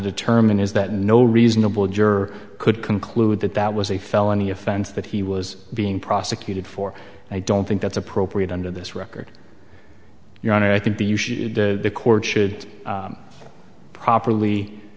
determine is that no reasonable juror could conclude that that was a felony offense that he was being prosecuted for and i don't think that's appropriate under this record your honor i think the court should properly